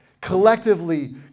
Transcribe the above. Collectively